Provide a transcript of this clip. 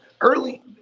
early